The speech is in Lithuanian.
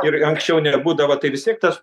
ir anksčiau nebūdavo tai vis tiek tas